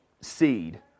seed